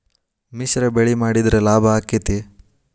ಮಿಶ್ರ ಬೆಳಿ ಮಾಡಿದ್ರ ಲಾಭ ಆಕ್ಕೆತಿ?